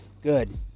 good